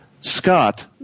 Scott –